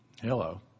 Hello